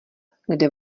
kde